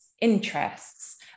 interests